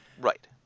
Right